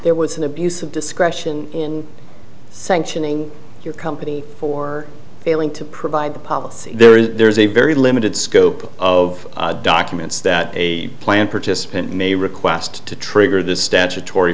there was an abuse of discretion in sanctioning your company for failing to provide the policy there is there's a very limited scope of documents that a plan participant may request to trigger the statutory